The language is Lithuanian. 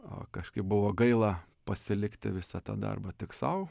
o kažkaip buvo gaila pasilikti visą tą darbą tik sau